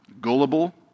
gullible